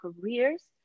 careers